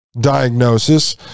diagnosis